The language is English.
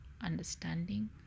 understanding